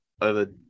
over